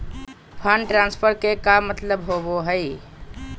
Fund transfer के का मतलब होव हई?